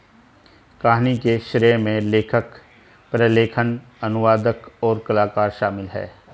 कहानी के श्रेय में लेखक, प्रलेखन, अनुवादक, और कलाकार शामिल हैं